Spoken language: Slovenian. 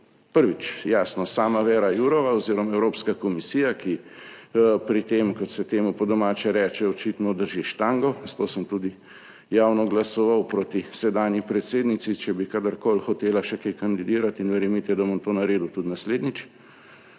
Prvič, jasno, sama Věra Jourová oziroma Evropska komisija, ki pri tem, kot se temu po domače reče, očitno drži »štango«, zato sem tudi javno glasoval proti sedanji predsednici, če bi kadarkoli hotela še kaj kandidirati, in verjemite, da bom to naredil tudi naslednjič.